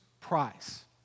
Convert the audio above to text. Prize